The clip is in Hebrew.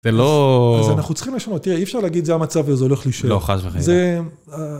זה לא... אז אנחנו צריכים לשמוע, תראה, אי אפשר להגיד זה המצב וזה הולך להישאר. לא, חס וחלילה.